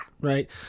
Right